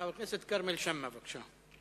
חבר הכנסת כרמל שאמה, בבקשה.